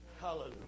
Hallelujah